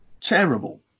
terrible